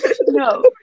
No